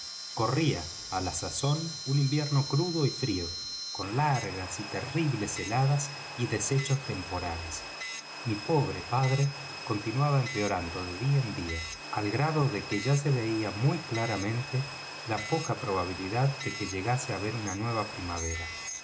corría á la sazón un invierno crudo y frío con largas y terribles heladas y deshechos temporales mi pobre padre continuaba empeorando de día en día al grado de que ya se veía muy claramente la poca probabilidad de que llegase á ver una nueva primavera